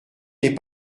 n’est